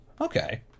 Okay